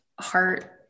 heart